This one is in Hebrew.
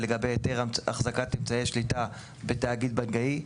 ולגבי היתר החזקת אמצעי שליטה בתאגיד בנקאי,